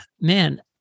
man